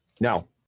Now